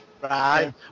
Right